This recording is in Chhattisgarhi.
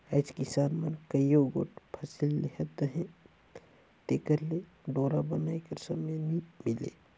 आएज किसान मन कइयो गोट फसिल लेहत अहे तेकर ले डोरा बनाए कर समे नी मिले